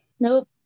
Nope